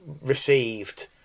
received